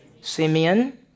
Simeon